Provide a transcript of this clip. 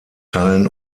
teilen